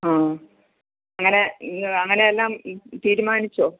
ആ അങ്ങനെ അങ്ങനെ എല്ലാം തീരുമാനിച്ചോ